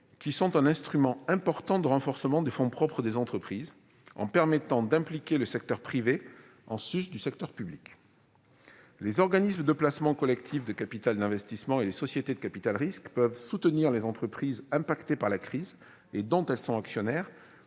qui sont un instrument important de renforcement des fonds propres des entreprises, en instaurant la possibilité d'impliquer le secteur privé en sus du secteur public. Les organismes de placement collectif de capital investissement et les sociétés de capital-risque peuvent soutenir les entreprises touchées par la crise dont elles sont actionnaires